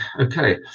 okay